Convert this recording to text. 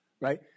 right